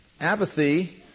Apathy